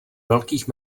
velkých